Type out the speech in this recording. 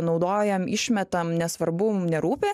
naudojam išmetam nesvarbu mums nerūpi